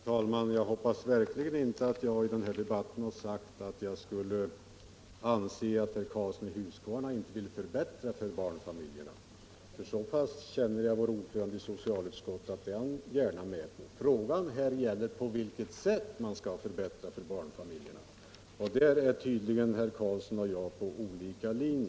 Herr talman! Jag hoppas verkligen att jag i denna debatt inte har påstått att herr Karlsson i Huskvarna inte vill förbättra för barnfamiljerna. Så mycket känner jag vår ordförande i socialutskottet, att jag vet att han gärna är med på förbättringar. Frågan gäller på vilket sätt förbättringarna för barnfamiljerna skall ske. Där är tydligen herr Karlsson och jag av olika mening.